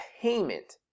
payment